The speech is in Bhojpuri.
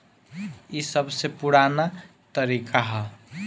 ई सबसे पुरान तरीका हअ